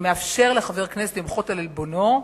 שמאפשר לחבר הכנסת למחות על עלבונו,